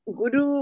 guru